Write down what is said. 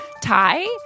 Ty